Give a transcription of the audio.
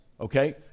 okay